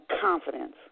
confidence